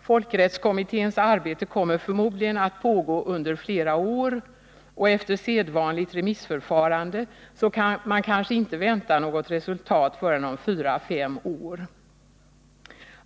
Folkrättskommitténs arbete kommer förmodligen att pågå under flera år, och efter sedvanligt remissförfarande kan man kanske inte vänta sig något resultat förrän om fyra fem år.